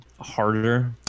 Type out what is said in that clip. harder